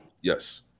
Yes